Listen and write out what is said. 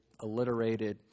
alliterated